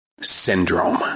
Syndrome